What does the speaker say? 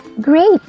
Great